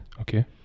okay